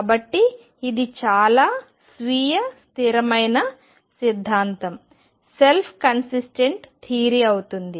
కాబట్టి ఇది చాలా స్వీయ స్థిరమైన సిద్ధాంతం సెల్ఫ్ కన్సిస్టెంట్ థియరి అవుతుంది